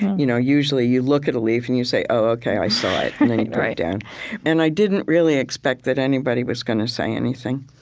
you know usually, you look at a leaf, and you say, oh, ok, i so i down and i didn't really expect that anybody was going to say anything.